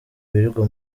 birirwa